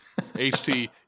HT